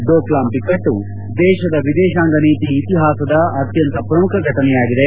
ಡೋಕ್ಲಾಮ್ ಬಿಕ್ಕಟ್ಟು ದೇಶದ ವಿದೇಶಾಂಗ ನೀತಿ ಇತಿಹಾಸದ ಅತ್ಖಂತ ಪ್ರಮುಖ ಫಟನೆಯಾಗಿದೆ